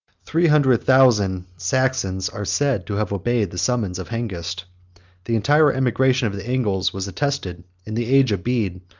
three hundred thousand saxons are said to have obeyed the summons of hengist the entire emigation of the angles was attested, in the age of bede,